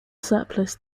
surplus